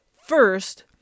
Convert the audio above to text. first